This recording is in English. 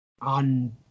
on